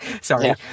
Sorry